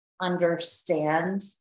understand